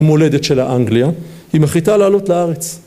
מולדת שלה אנגליה, היא מחליטה לעלות לארץ.